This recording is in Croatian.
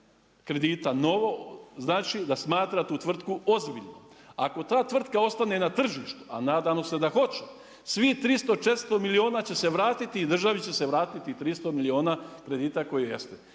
kredita novo, znači da smatra tu tvrtku ozbiljnom. Ako ta tvrtka ostane na tržištu, a nadamo se da hoće, svih 300, 400 milijuna će se vratiti i državi će se vratiti 300 milijuna kredita koji jeste.